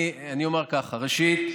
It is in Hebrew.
אני אומר ככה: ראשית,